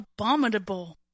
Abominable